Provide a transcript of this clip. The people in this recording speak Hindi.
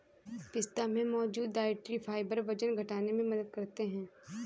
पिस्ता में मौजूद डायट्री फाइबर वजन घटाने में मदद करते है